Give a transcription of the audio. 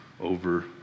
over